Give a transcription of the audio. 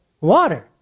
Water